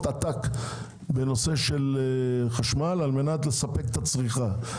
עתק בנושא של חשמל כדי לספק את הצריכה.